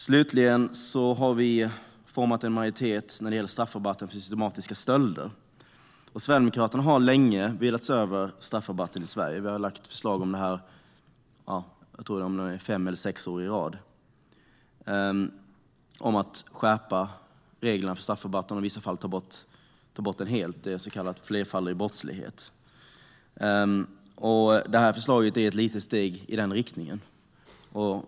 Slutligen har vi format en majoritet när det gäller straffrabatten för systematiska stölder. Sverigedemokraterna har länge velat se över straffrabatten i Sverige. Vi har nu under fem eller sex år i rad lagt förslag om att skärpa reglerna för straffrabatten och i vissa fall ta bort den helt vid så kallad flerfaldig brottslighet. Detta förslag är ett litet steg i den riktningen.